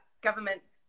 governments